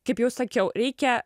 kaip jau sakiau reikia